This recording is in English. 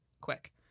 quick